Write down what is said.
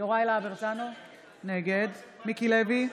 יוראי להב הרצנו, נגד מיקי לוי,